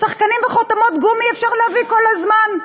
שחקנים וחותמות גומי אפשר להביא כל הזמן.